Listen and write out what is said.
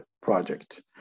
project